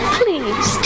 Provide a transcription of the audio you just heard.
please